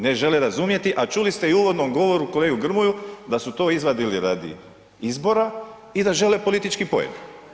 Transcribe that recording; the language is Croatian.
Ne žele razumjeti, a čuli ste i u uvodnom govoru kolegu Grmoju da su to izvadili radi izbora i da žele politički poen.